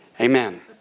Amen